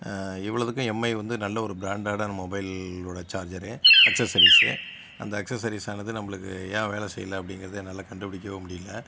இவ்வளதுக்கும் Mi வந்து நல்ல ஒரு ப்ராண்டடான மொபைலோடய சார்ஜரு அக்ஸசரிஸு அந்த அக்ஸசரிஸானது நம்மளுக்கு ஏன் வேலை செய்யலை அப்டிங்கிறது என்னால் கண்டுபிடிக்கவே முடியலை